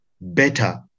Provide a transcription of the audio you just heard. better